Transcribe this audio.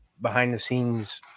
behind-the-scenes